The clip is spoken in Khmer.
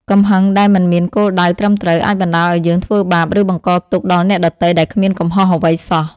កំហឹងដែលមិនមានគោលដៅត្រឹមត្រូវ អាចបណ្ដាលឲ្យយើងធ្វើបាប ឬបង្កទុក្ខដល់អ្នកដទៃដែលគ្មានកំហុសអ្វីសោះ។